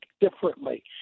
Differently